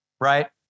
right